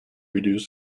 reduce